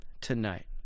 tonight